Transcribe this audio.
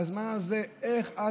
בזמן הזה: איך את,